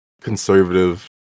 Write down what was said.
conservative